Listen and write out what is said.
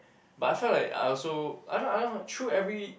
but I felt like I also I don't know I don't know through every